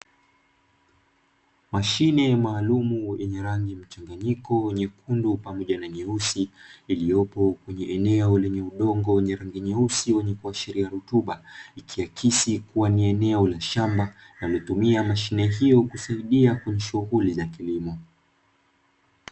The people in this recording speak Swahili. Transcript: Mashine maalumu yenye rangi mchanganyiko nyekundu pamoja na nyeusi, iliyopo kwenye eneo lenye udongo wenye rangi nyeusi wenye kuashiria rutuba, ikiakisi kuwa ni eneo la shamba linalotumia mashine hiyo, kusaidia kwenye shughuli za kilimo.